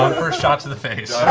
first shot to the face.